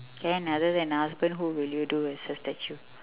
can other than husband who will you do as a statue